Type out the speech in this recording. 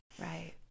Right